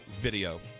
video